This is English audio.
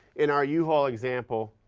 in our yeah uhaul example,